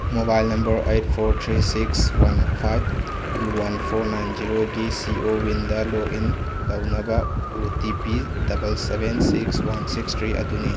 mobile number eight four three six one five two one four nine ꯖꯦꯔꯣꯒꯤ ꯁꯤ ꯑꯣ ꯋꯤꯟꯗ ꯂꯣꯛ ꯏꯟ ꯇꯧꯅꯕ O T P double seven six one six three ꯑꯗꯨꯅꯤ